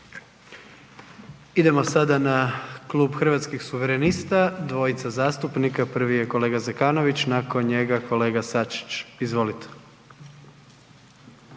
Idemo sada na Klub Hrvatskih suverenista, dvojica zastupnika, prvi je kolega Zekanović, nakon njega kolega Sačić. Izvolite.